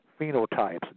phenotypes